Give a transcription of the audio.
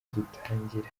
dutangira